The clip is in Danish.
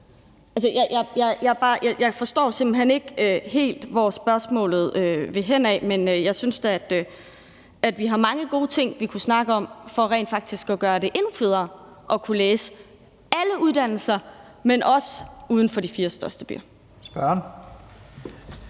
Jeg forstår simpelt hen ikke helt, hvor spørgsmålet vil henad, men jeg synes da, at der er mange gode ting, vi kunne snakke om i forhold til rent faktisk at gøre det endnu federe at kunne læse alle uddannelser, men også uden for de fire største byer.